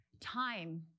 time